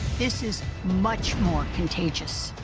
this is much more contagious.